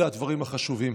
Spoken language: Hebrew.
אלו הדברים החשובים.